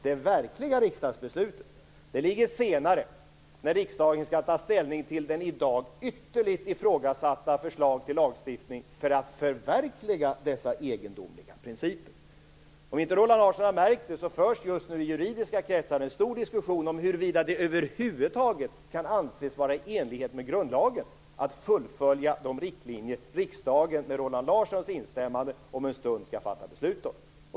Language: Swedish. Det verkliga riksdagsbeslutet kommer senare, när riksdagen skall ta ställning till det i dag ytterligt ifrågasatta förslaget till lagstiftning för att förverkliga dessa egendomliga principer. Om inte Roland Larsson har märkt det, kan jag tala om att det just nu i juridiska kretsar förs en diskussion om huruvida det över huvud taget kan anses vara i enlighet med grundlagen att fullfölja de riktlinjer som riksdagen, med Roland Larssons instämmande, om en stund skall fatta beslut om.